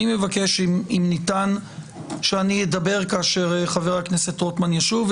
אני מבקש אם ניתן שאני אדבר כאשר חבר הכנסת רוטמן ישוב,